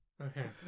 Okay